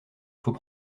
faut